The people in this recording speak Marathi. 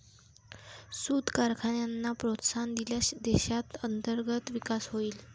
सूत कारखान्यांना प्रोत्साहन दिल्यास देशात अंतर्गत विकास होईल